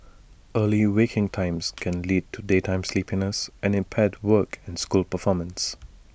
early waking times can lead to daytime sleepiness and impaired work and school performance